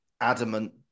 adamant